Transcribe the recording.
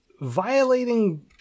violating